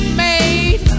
made